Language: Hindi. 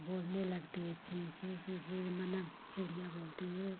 बोलने लगती है चीं चीं चीं ची मतलब चिड़िया बोलती है